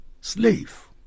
slave